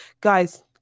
Guys